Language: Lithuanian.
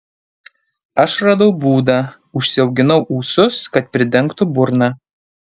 aš radau būdą užsiauginau ūsus kad pridengtų burną